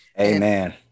amen